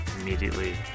immediately